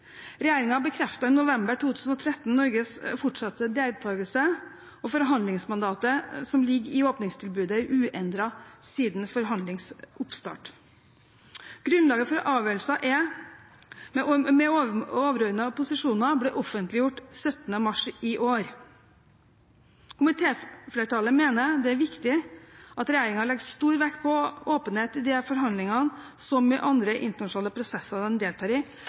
i november 2013 Norges fortsatte deltagelse, og forhandlingsmandatet som ligger i åpningstilbudet, er uendret siden forhandlingsoppstart. Grunnlaget for avgjørelsen, med overordnede posisjoner, ble offentliggjort den 17. mars i år. Komitéflertallet mener det er viktig at regjeringen legger stor vekt på åpenhet i disse forhandlingene, som i andre internasjonale prosesser den deltar i